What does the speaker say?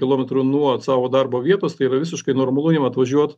kilometrų nuo savo darbo vietos tai yra visiškai normalu jam atvažiuot